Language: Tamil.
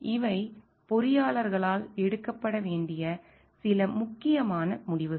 இவை பொறியாளர்களால் எடுக்கப்பட வேண்டிய சில முக்கியமான முடிவுகள்